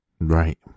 Right